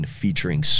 featuring